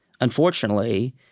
unfortunately